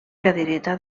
cadireta